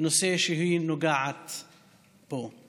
נושא שהיא נוגעת בו.